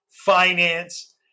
finance